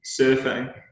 surfing